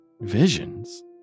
visions